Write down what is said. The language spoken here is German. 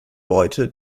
beute